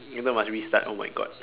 if not must restart oh my god